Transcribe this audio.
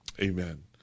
Amen